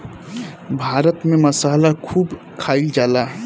भारत में मसाला खूब खाइल जाला